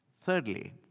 Thirdly